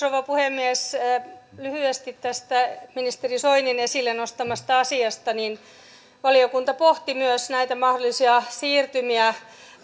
rouva puhemies lyhyesti tästä ministeri soinin esille nostamasta asiasta valiokunta pohti myös näitä mahdollisia siirtymiä